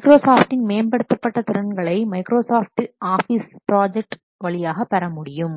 மைக்ரோசாஃப்டின் மேம்படுத்தப்பட்ட திறன்களை மைக்ரோசாப்டின் ஆஃபீஸ் ப்ராஜெக்ட் சர்வர் வழியாக பெறமுடியும்